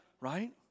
Right